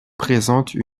présentent